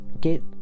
get